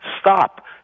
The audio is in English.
Stop